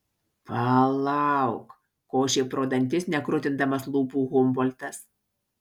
palauk košė pro dantis nekrutindamas lūpų humboltas